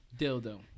Dildo